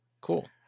Cool